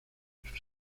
sus